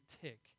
tick